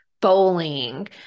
bowling